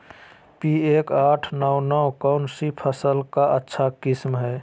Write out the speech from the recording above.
P एक आठ नौ नौ कौन सी फसल का अच्छा किस्म हैं?